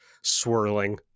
swirling